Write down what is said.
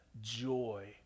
joy